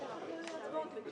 זה בעקבות שינוי הארנונה?